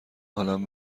حالم